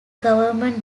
government